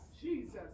Jesus